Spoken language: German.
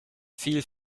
fiel